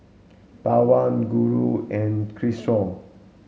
Pawan Guru and Kishore